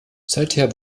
seither